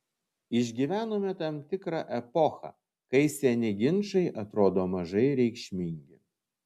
išgyvenome tam tikrą epochą kai seni ginčai atrodo mažai reikšmingi